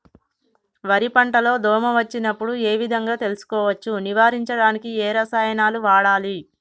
వరి పంట లో దోమ వచ్చినప్పుడు ఏ విధంగా తెలుసుకోవచ్చు? నివారించడానికి ఏ రసాయనాలు వాడాలి?